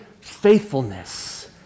faithfulness